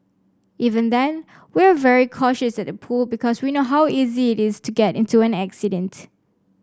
even then we're very cautious at the pool because we know how easy it is to get into an accident